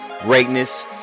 greatness